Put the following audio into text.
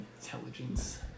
intelligence